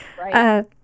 Right